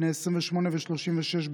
בני 28 ו-36,